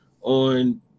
on